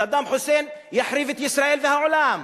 סדאם חוסיין יחריב את ישראל והעולם.